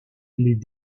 les